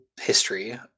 history